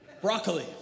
Broccoli